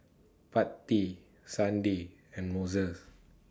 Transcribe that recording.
Patti Sunday and